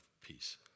peace